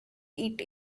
eat